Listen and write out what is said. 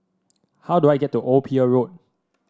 how do I get to Old Pier Road